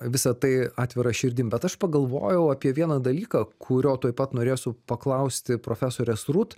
visa tai atvira širdim bet aš pagalvojau apie vieną dalyką kurio tuoj pat norėsiu paklausti profesorės rūt